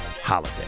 holiday